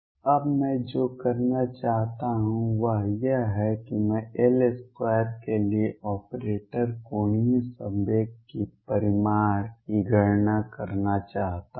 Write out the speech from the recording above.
अब मैं जो करना चाहता हूं वह यह है कि मैं L2 के लिए ऑपरेटर कोणीय संवेग की परिमाण की गणना करना चाहता हूं